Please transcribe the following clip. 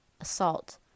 assault